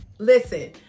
listen